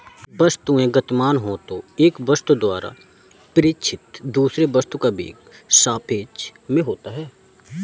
वस्तुएं गतिमान हो तो एक वस्तु द्वारा प्रेक्षित दूसरे वस्तु का वेग सापेक्ष में होता है